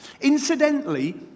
Incidentally